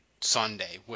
Sunday